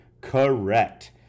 Correct